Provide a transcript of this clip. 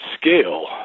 scale